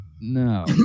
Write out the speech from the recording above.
No